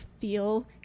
feel